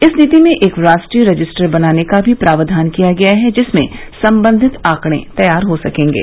इस नीति में एक राष्ट्रीय रजिस्टर बनाने का भी प्रावधान किया गया है जिसमें संबंधित आंकडे तैयार हो सकेंगे